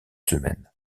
semaines